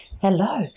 Hello